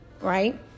right